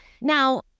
Now